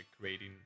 creating